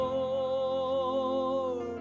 Lord